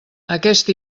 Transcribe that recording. aquest